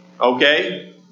Okay